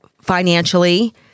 financially